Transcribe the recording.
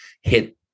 hit